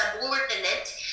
subordinate